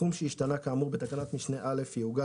סכום שהשתנה כאמור בתקנת משנה (א) יעוגל